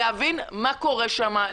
להבין מה קורה שם.